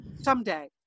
Someday